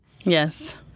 Yes